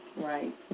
Right